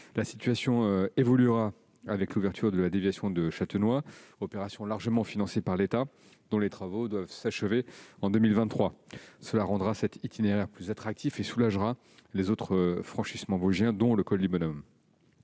La situation évoluera avec l'ouverture de la déviation de Châtenois, opération largement financée par l'État, dont les travaux doivent s'achever en 2023. Cela rendra cet itinéraire plus attractif et soulagera les autres franchissements vosgiens, dont le col du Bonhomme.